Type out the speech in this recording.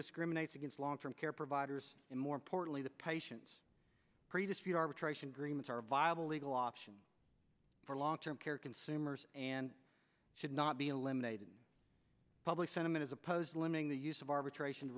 discriminates against long term care providers and more importantly the patients greatest arbitration agreement are a viable legal option for long term care consumers and should not be eliminated public sentiment is opposed to limiting the use of arbitration